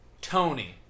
Tony